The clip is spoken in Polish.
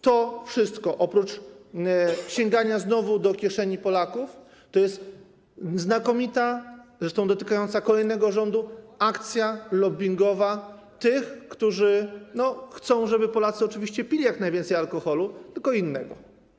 To wszystko, oprócz sięgania znowu do kieszeni Polaków, to jest znakomita, zresztą dotycząca kolejnego rządu, akcja lobbingowa tych, którzy chcą, żeby Polacy oczywiście pili jak najwięcej alkoholu, tylko innego.